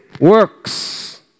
works